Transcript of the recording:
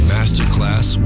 Masterclass